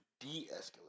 de-escalate